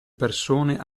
persone